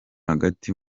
hagati